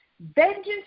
vengeance